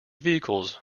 vehicles